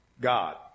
God